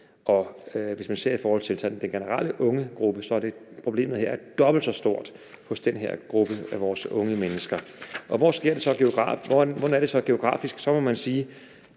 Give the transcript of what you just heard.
Hvis man ser det i forhold til tallene for den generelle unge gruppe, er problemet her dobbelt så stort hos den her gruppe af vores unge mennesker. Hvordan er det så geografisk? Der må man sige,